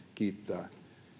kiittää